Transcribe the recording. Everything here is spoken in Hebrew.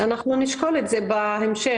אנחנו נשקול את זה בהמשך.